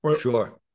Sure